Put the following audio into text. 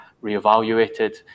re-evaluated